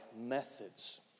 methods